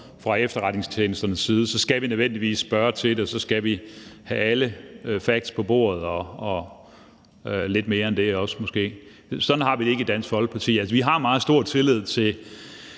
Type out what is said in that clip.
fra efterretningstjenesterne side, så skal vi nødvendigvis spørge til det, og så skal vi have alle facts på bordet og måske også lidt mere end det, men sådan har vi det ikke i Dansk Folkeparti. Altså, vi har meget stor tillid til